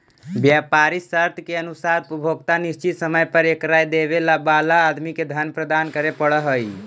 व्यापारी शर्त के अनुसार उपभोक्ता निश्चित समय पर एकरा देवे वाला आदमी के धन प्रदान करे पड़ऽ हई